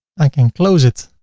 i can close it.